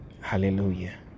hallelujah